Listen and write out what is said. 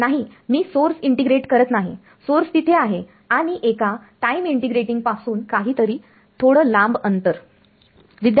नाही मी source integrate करत नाही सोर्स तिथे आहे आणि एका टाईम इंटीग्रीटिंगपासून काही थोडं अंतर लांब